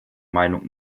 meinung